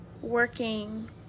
working